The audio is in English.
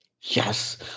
Yes